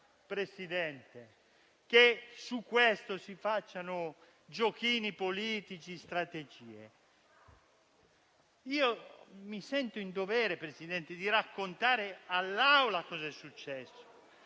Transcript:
Presidente, che su questo si facciano giochini politici o strategie. Io mi sento in dovere di raccontare all'Assemblea cosa è successo,